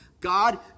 God